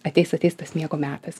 ateis ateis tas miego metas